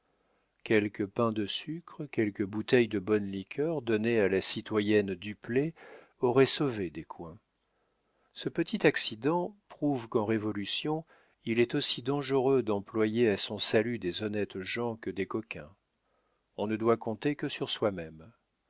quelques pains de sucre quelques bouteilles de bonnes liqueurs données à la citoyenne duplay auraient sauvé descoings ce petit accident prouve qu'en révolution il est aussi dangereux d'employer à son salut des honnêtes gens que des coquins on ne doit compter que sur soi-même